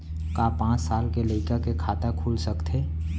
का पाँच साल के लइका के खाता खुल सकथे?